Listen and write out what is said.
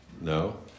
No